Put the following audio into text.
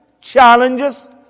challenges